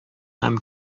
һәм